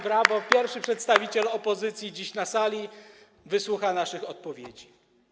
Brawo, pierwszy przedstawiciel opozycji dziś na sali wysłucha naszych odpowiedzi.